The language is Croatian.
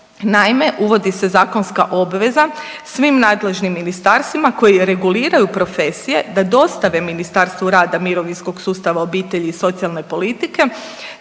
Naime, uvodi se zakonska obveza svim nadležnim ministarstvima koji reguliraju profesije da dostave Ministarstvu rada, mirovinskog sustava, obitelji i socijalne politike